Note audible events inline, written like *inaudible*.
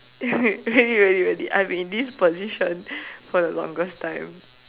*laughs* really really really I'm in this position for the longest time